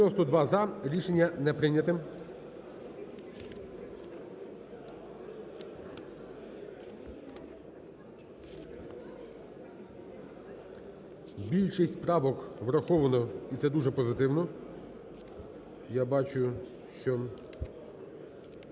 За-92 Рішення не прийнято. Більшість правок враховано, і це дуже позитивно. Я бачу, що…